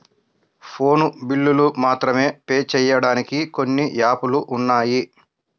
phone బిల్లులు మాత్రమే pay చెయ్యడానికి కొన్ని యాపులు ఉన్నాయి